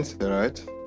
right